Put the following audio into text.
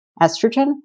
estrogen